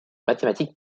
mathématiques